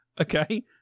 Okay